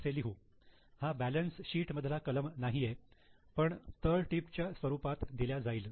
असे लिहू हा बॅलन्स शीट मधला कलम नाहीये पण तळटीप च्या स्वरूपात दिल्या जाईल